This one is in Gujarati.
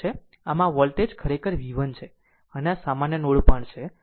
આમ આ વોલ્ટેજ ખરેખર v 1 છે અને આ એક સામાન્ય નોડ પણ છે